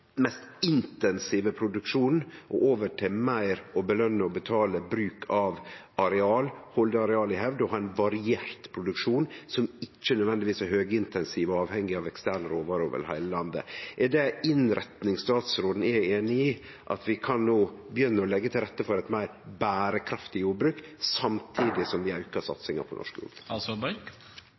mest intensive produksjonen og over til meir å påskjøne og betale bruk av areal, halde areal i hevd og ha ein variert produksjon som ikkje nødvendigvis er høgintensiv og avhengig av eksterne råvarer over heile landet. Er det ei innretning statsråden er einig i: at vi no kan begynne å leggje til rette for eit meir berekraftig jordbruk, samtidig som vi aukar satsinga på norsk